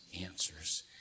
answers